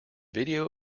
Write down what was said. video